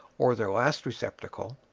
or their last receptacle,